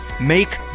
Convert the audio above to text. make